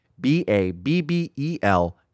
B-A-B-B-E-L